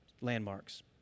landmarks